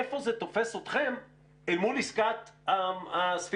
איפה זה תופס אתכם אל מול עסקת הספינות?